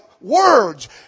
Words